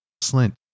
Slint